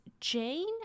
Jane